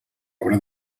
obra